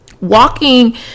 Walking